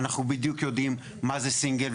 אנחנו יודעים בדיוק מה זה סינגל,